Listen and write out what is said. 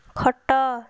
ଖଟ